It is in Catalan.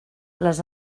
les